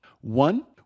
One